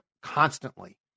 constantly